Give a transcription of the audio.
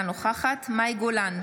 אינה נוכחת מאי גולן,